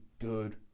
good